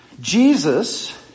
Jesus